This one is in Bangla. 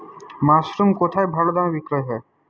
মাসরুম কেথায় ভালোদামে বিক্রয় হয়?